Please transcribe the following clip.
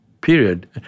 period